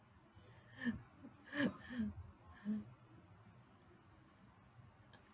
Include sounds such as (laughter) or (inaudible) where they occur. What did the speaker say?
(laughs)